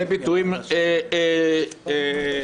אלה ביטויים שנשמעו לאחרונה;